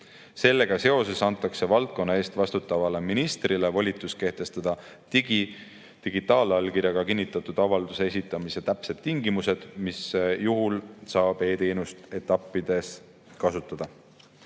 Sellega seoses antakse valdkonna eest vastutavale ministrile volitus kehtestada digitaalallkirjaga kinnitatud avalduse esitamise täpsed tingimused, mis juhul saab e-teenust mingis etapis kasutada.